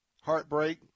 heartbreak